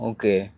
Okay